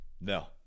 No